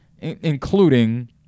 including